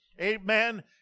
Amen